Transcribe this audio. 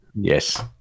Yes